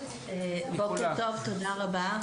בוקר טוב, תודה רבה.